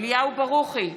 אליהו ברוכי,